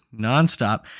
nonstop